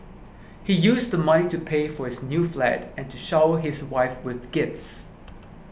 he used the money to pay for his new flat and to shower his wife with gifts